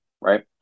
Right